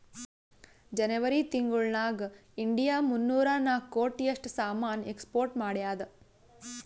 ಜನೆವರಿ ತಿಂಗುಳ್ ನಾಗ್ ಇಂಡಿಯಾ ಮೂನ್ನೂರಾ ನಾಕ್ ಕೋಟಿ ಅಷ್ಟ್ ಸಾಮಾನ್ ಎಕ್ಸ್ಪೋರ್ಟ್ ಮಾಡ್ಯಾದ್